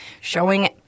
showing